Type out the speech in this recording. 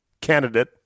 candidate